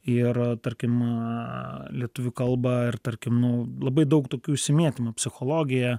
ir tarkim lietuvių kalba ir tarkim nu labai daug tokių užsimėtymų psichologija